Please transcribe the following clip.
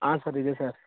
ಹಾಂ ಸರ್ ಇದೆ ಸರ್